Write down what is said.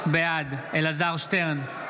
בעד אלעזר שטרן,